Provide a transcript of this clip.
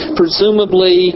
presumably